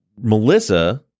Melissa